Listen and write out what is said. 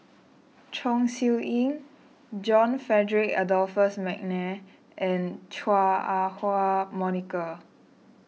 Chong Siew Ying John Frederick Adolphus McNair and Chua Ah Huwa Monica